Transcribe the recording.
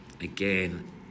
again